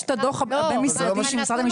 יש את הדוח הבין-משרדי של משרד המשפטים.